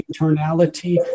eternality